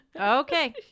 okay